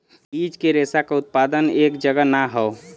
बीज के रेशा क उत्पादन हर जगह ना हौ